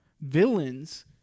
villains